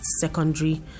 secondary